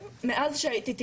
שיהיה ברור,